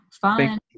fun